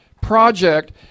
Project